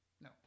No